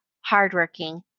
hardworking